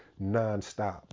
nonstop